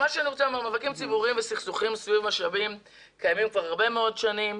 מאבקים ציבוריים וסכסוכים סביב משאבים קיימים כבר הרבה מאוד שנים.